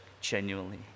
genuinely